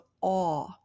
awe